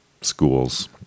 schools